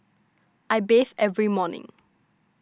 I bathe every morning